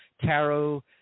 tarot